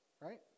right